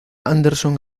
anderson